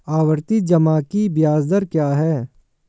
आवर्ती जमा की ब्याज दर क्या है?